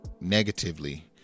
negatively